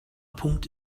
punkt